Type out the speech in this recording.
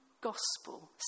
gospel